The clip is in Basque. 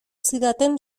zidaten